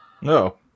No